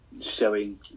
showing